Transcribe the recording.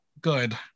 good